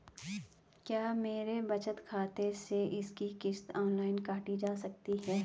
क्या मेरे बचत खाते से इसकी किश्त ऑनलाइन काटी जा सकती है?